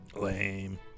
Lame